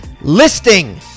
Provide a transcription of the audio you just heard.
listing